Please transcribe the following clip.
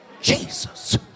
Jesus